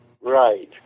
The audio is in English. Right